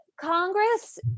Congress